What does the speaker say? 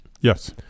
Yes